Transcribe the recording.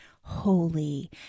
holy